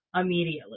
immediately